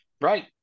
Right